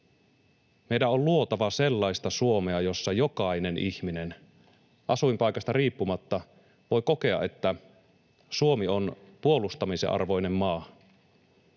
Meidän on luotava sellaista Suomea, jossa jokainen ihminen asuinpaikasta riippumatta voi kokea, että Suomi on puolustamisen arvoinen maa.